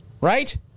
right